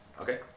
Okay